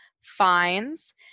fines